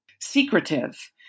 secretive